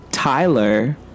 Tyler